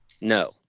No